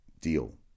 deal